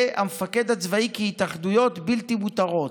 המפקד הצבאי כהתאחדויות בלתי מותרות.